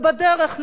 ובדרך,